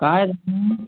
काय